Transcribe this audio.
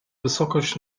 wysokość